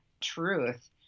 truth